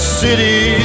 city